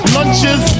Lunches